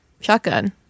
shotgun